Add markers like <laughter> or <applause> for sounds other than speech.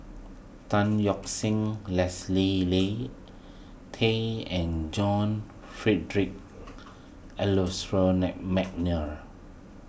Tan Yeok <unintelligible> Leslie Li Tay and John Frederick Adolphus <unintelligible> McNair